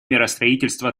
миростроительства